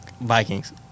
Vikings